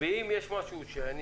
אם יש משהו שאני